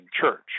church